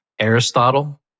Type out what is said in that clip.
Aristotle